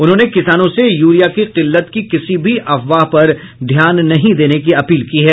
उन्होंने किसानों से यूरिया की किल्लत की किसी भी अफवाह पर ध्यान नहीं देने की अपील की है